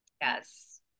Yes